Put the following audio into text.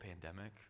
pandemic